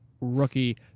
rookie